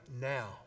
now